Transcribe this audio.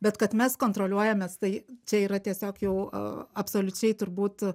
bet kad mes kontroliuojamės tai čia yra tiesiog jau a absoliučiai turbūt